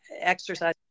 Exercise